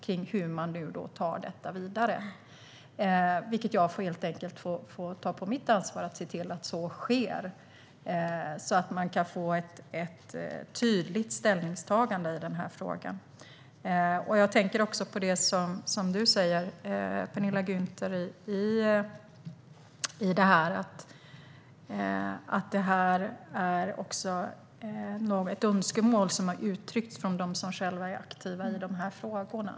Man har inte diskuterat hur detta ska tas vidare. Jag får helt enkelt ta på mitt ansvar att se till att så sker, så att vi kan få ett tydligt ställningstagande i frågan. Jag tänker också på det du säger, Penilla Gunther, om att detta är ett önskemål som har uttryckts från dem som själva är aktiva i frågorna.